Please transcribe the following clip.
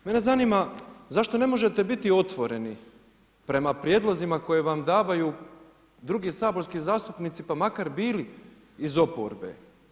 Mene zanima, zašto ne možete biti otvoreni prema prijedlozima koje vam davaju drugi saborski zastupnici pa makar bili iz oporbe.